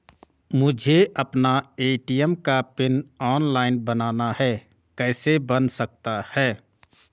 मुझे अपना ए.टी.एम का पिन ऑनलाइन बनाना है कैसे बन सकता है?